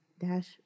Dash